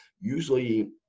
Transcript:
usually